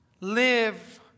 live